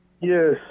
Yes